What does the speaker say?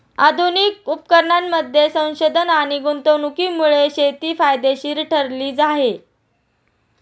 आधुनिक उपकरणांमध्ये संशोधन आणि गुंतवणुकीमुळे शेती फायदेशीर ठरली आहे